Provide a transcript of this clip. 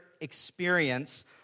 experience